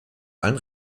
allen